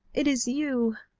it is you!